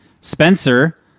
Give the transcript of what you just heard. Spencer